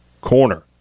Corner